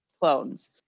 clones